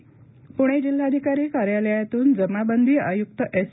प्णे जिल्हाधिकारी कार्यालयातून जमाबंदी आय्क्त एस